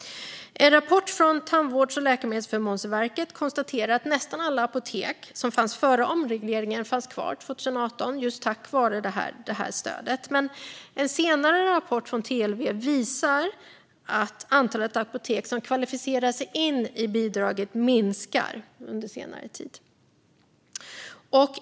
En rapport från Tandvårds och läkemedelsförmånsverket konstaterade att nästan alla apotek som fanns före omregleringen fanns kvar 2018 tack vare detta stöd. Men en senare rapport från TLV visar att antalet apotek som kvalificerar sig för bidraget minskat på senare tid.